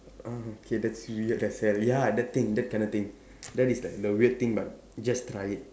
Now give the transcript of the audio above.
uh okay that's weird that's like ya that thing that kind of thing that is like the weird thing but just try it